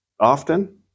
often